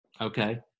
Okay